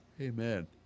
Amen